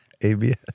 ABS